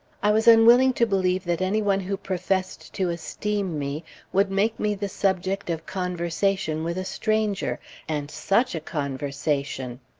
i was unwilling to believe that any one who professed to esteem me would make me the subject of conversation with a stranger and such a conversation!